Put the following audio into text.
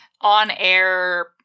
on-air